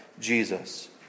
Jesus